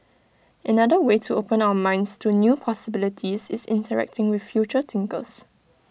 another way to open our minds to new possibilities is interacting with future thinkers